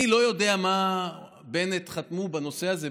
אני לא יודע מה בנט חתם בנושא הזה,